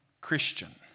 Christian